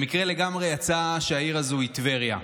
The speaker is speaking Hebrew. במקרה לגמרי יצא שהעיר הזאת היא טבריה.